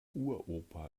uropa